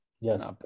Yes